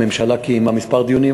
הממשלה קיימה כמה דיונים.